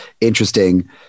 interesting